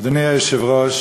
מדברים עכשיו